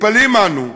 מתפלאים אנו שצעירים,